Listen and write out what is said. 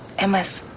m s.